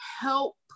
help